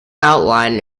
outline